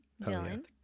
Dylan